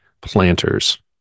planters